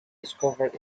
discovered